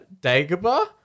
Dagobah